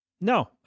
no